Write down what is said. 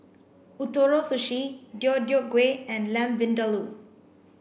Ootoro Sushi Deodeok Gui and Lamb Vindaloo